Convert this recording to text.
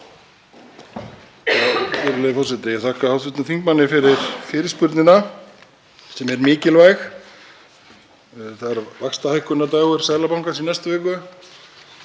Virðulegur forseti. Ég þakka hv. þingmanni fyrir fyrirspurnina sem er mikilvæg. Það er vaxtahækkunardagur Seðlabankans í næstu viku.